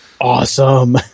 awesome